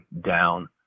down